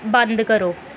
बंद करो